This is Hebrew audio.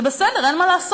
זה בסדר, אין מה לעשות.